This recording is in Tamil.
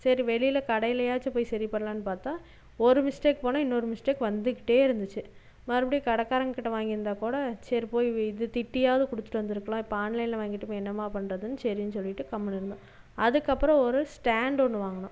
சரி வெளியில் கடையிலையாச்சும் போய் சரி பண்ணலாம்னு பார்த்தா ஒரு மிஸ்டேக் போனால் இன்னொரு மிஸ்டேக் வந்துகிட்டே இருந்துச்சு மறுபடியும் கடைக்காரங்க கிட்ட வாங்கிருந்தால கூட சரி போய் இது திட்டியாவது கொடுத்துட்டு வந்துருக்கலாம் இப்போ ஆன்லைனில் வாங்கிட்டு போய் என்னம்மா பண்ணுறதுன்னு சரின்னு சொல்லிகிட்டு கம்முனு இருந்தோம் அதுக்கப்புறம் ஒரு ஸ்டேண்டு ஒன்று வாங்கினோம்